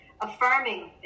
affirming